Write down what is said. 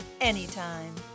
Anytime